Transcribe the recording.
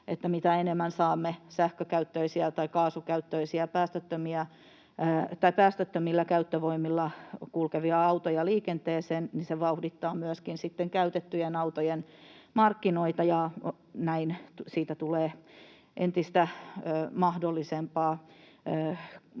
että mitä enemmän saamme sähkökäyttöisiä tai kaasukäyttöisiä tai päästöttömillä käyttövoimilla kulkevia autoja liikenteeseen, sitä enemmän se vauhdittaa sitten myöskin käytettyjen autojen markkinoita, ja näin siitä tulee entistä mahdollisempaa